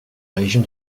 région